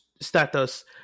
status